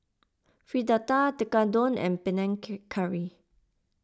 Fritada Tekkadon and Panang Curry